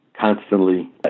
constantly